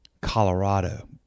Colorado